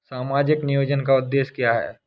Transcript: सामाजिक नियोजन का उद्देश्य क्या है?